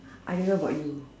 I don't know about you